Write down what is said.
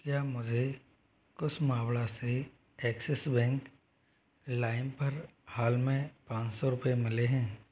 क्या मुझे कुश मावड़ा से एक्सिस बैंक लाइन पर हाल में पाँच सौ रुपए मिले हैं